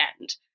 end